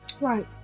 right